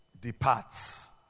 departs